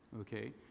Okay